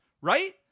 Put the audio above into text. Right